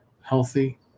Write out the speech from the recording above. healthy